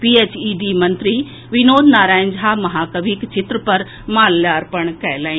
ऐीएचईडी मंत्री विनोद नारायण झा महाकविक चित्र पर माल्यार्पण कएलनि